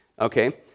Okay